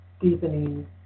deepening